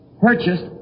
purchased